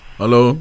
Hello